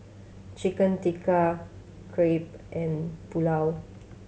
Chicken Tikka Crepe and Pulao